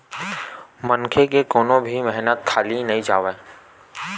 मनखे के कोनो भी मेहनत खाली नइ जावय